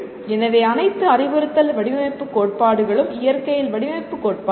எனவே அனைத்து அறிவுறுத்தல் வடிவமைப்பு கோட்பாடுகளும் இயற்கையில் வடிவமைப்பு கோட்பாடுகள்